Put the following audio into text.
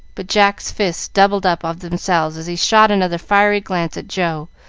but jack's fists doubled up of themselves as he shot another fiery glance at joe,